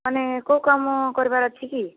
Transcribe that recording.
ମାନେ କେଉଁ କାମ କରିବାର ଅଛି କି